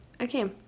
okay